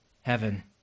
heaven